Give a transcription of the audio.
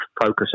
focus